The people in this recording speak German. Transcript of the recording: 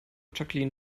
jacqueline